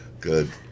Good